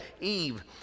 Eve